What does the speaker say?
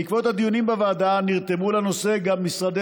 בעקבות הדיונים בוועדה נרתמו לנושא גם משרדי